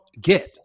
get